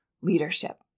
leadership